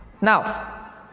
Now